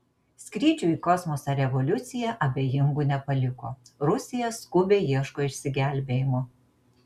skrydžių į kosmosą revoliucija abejingų nepaliko rusija skubiai ieško išsigelbėjimo